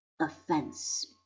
offense